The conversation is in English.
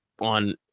on